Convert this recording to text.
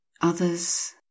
others